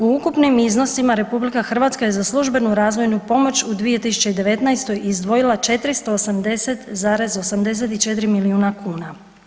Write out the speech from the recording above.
U ukupnim iznosima RH je za službenu razvoju pomoć u 2019. izdvojila 480,84 miliona kuna.